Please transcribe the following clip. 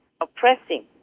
oppressing